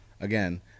again –